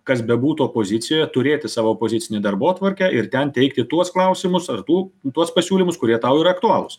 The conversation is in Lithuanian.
kas bebūtų opozicijoje turėti savo opozicinę darbotvarkę ir ten teikti tuos klausimus ar tų tuos pasiūlymus kurie tau yra aktualūs